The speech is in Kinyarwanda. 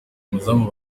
umuzamu